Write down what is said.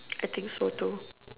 I think so too